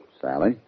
Sally